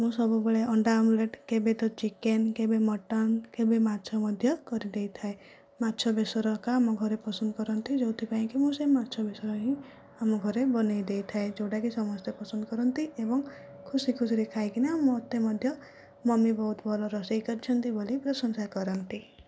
ମୁଁ ସବୁବେଳେ ଅଣ୍ଡା ଓମଲେଟ୍ କେବେ ତ ଚିକେନ କେବେ ମଟନ କେବେ ମାଛ ମଧ୍ୟ କରିଦେଇଥାଏ ମାଛ ବେସର ହରିକା ଆମ ଘରେ ପସନ୍ଦ କରନ୍ତି ଯେଉଁଥିପାଇଁ କି ମୁଁ ସେ ମାଛ ବେସର ହିଁ ଆମ ଘରେ ବନାଇ ଦେଇଥାଏ ଯେଉଁଟା କି ସମସ୍ତେ ପସନ୍ଦ କରନ୍ତି ଏବଂ ଖୁସି ଖୁସିରେ ଖାଇକିନା ମୋତେ ମଧ୍ୟ ମମି ବହୁତ ଭଲ ରୋଷେଇ କରିଛନ୍ତି ବୋଲି ପ୍ରଶଂସା କରନ୍ତି